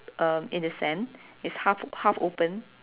um in the sand is half half open